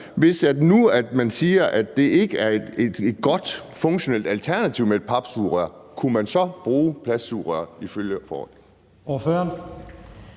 Hvis man nu siger, at det ikke er et godt, funktionelt alternativ med et papsugerør, kunne man så bruge plastiksugerør? Kl.